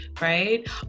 right